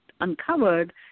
uncovered